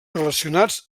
relacionats